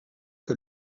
que